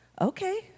Okay